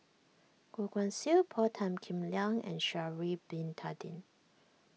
Goh Guan Siew Paul Tan Kim Liang and Sha'ari Bin Tadin